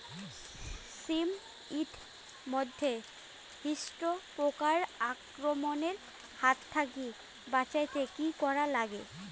শিম এট মধ্যে থ্রিপ্স পোকার আক্রমণের হাত থাকি বাঁচাইতে কি করা লাগে?